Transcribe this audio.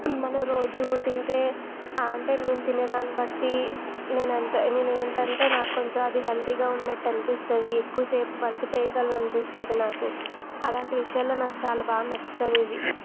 మనం రోజు తింటే అంటే నేన్ను తినేదాన్ని బట్టి నేనంత నేనేంటంటే నాక్కొంచం అది హెల్థీగా ఉన్నట్టు అనిపిస్తుంది ఎక్కువ సేపు వర్క్ చేయగలను అనిపిస్తుంది నాకు అలాంటి విషయాల్లో నాకు చాలా బాగా నచ్చుతుంది ఇది